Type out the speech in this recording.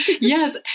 yes